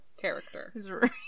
character